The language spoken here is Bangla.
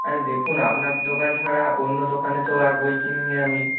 আরে দেখুন আপনার দোকান ছাড়া অন্য দোকানে তো আর বই কিনিনি আমি